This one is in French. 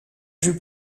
joue